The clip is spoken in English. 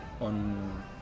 on